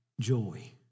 joy